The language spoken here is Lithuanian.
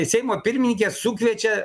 seimo pirmininkė sukviečia